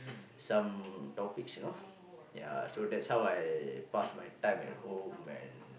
some topics you know ya so that's how I pass my time at home and